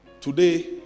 today